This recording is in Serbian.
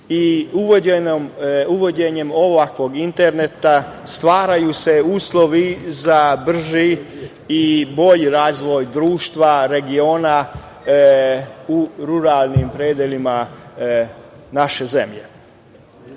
uvođenjem ovakvog interneta stvaraju se uslovi za brži i bolji razvoj društva, regiona u ruralnim predelima naše zemlje,